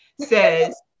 says